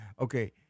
Okay